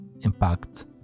impact